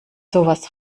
sowas